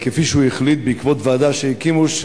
כפי שהוא החליט בעקבות ועדה שהקימו,